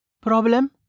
Problem